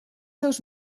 seus